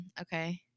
Okay